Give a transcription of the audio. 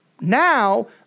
Now